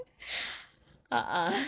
ah ah